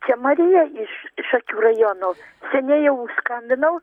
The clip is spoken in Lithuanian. čia marija iš šakių rajono seniai jau skambinau